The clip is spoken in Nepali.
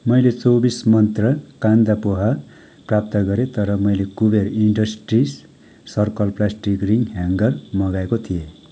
मैले चौबिस मन्त्रा कान्दा पोहा प्राप्त गरेँ तर मैले Kuber industries circle plastic ring hanger मगाएको थिएँ